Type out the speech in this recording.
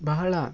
ಬಹಳ